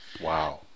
Wow